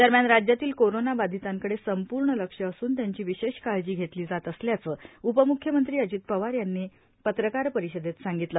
दरम्यान राज्यातील कोरोना बाधितांकडे संपूर्ण लक्ष असून त्यांची विशेष काळजी घेतली जात असल्याचं उपमुख्यमंत्री अजित पवार यांनी पत्रकार परिषदेत सांगितलं